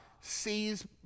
sees